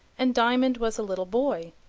and diamond was a little boy,